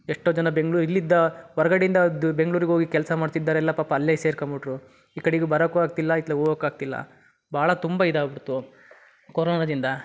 ಎಷ್ಟೋ ಜನ ಬೆಂಗ್ಳೂರು ಇಲ್ಲಿದ್ದ ಹೊರಗಡೆಯಿಂದ ದ್ ಬೆಂಗ್ಳೂರಿಗೆ ಹೋಗಿ ಕೆಲಸ ಮಾಡ್ತಿದ್ದೋರೆಲ್ಲ ಪಾಪ ಅಲ್ಲೇ ಸೇರ್ಕಂಬಿಟ್ರು ಈ ಕಡೆಗೂ ಬರೋಕ್ಕೂ ಆಗ್ತಿಲ್ಲ ಇತ್ಲಗೆ ಹೋಗೋಕ್ಕೂ ಆಗ್ತಿಲ್ಲ ಭಾಳ ತುಂಬ ಇದಾಗ್ಬಿಡ್ತು ಕೊರೋನಾದಿಂದ